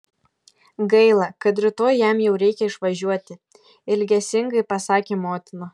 gaila kad rytoj jam jau reikia išvažiuoti ilgesingai pasakė motina